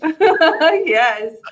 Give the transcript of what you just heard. Yes